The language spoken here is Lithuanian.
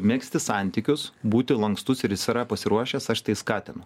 megzti santykius būti lankstus ir jis yra pasiruošęs aš tai skatinu